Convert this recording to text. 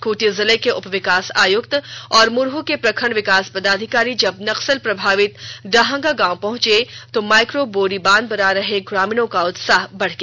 खूंटी जिले के उपविकास आयुक्त और मुरहू के प्रखंड विकास पदाधिकारी जब नक्सल प्रभावित डाहंगा गांव पहुंचे तो माइक्रो बोरी बांध बना रहे ग्रामीणों का उत्साह काफी बढ़ गया